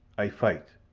ay fight,